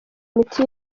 imiti